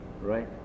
right